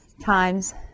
times